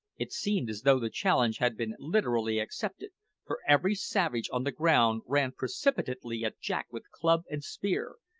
it seemed as though the challenge had been literally accepted for every savage on the ground ran precipitately at jack with club and spear,